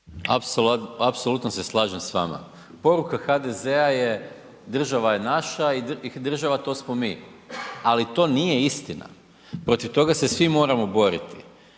Apsolutno se slažem s vama. Poruka HDZ-a je država je naša i država to smo mi, ali to nije istina. Protiv toga se svi moramo boriti